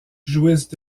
jouissent